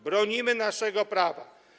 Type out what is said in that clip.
Bronimy naszego prawa.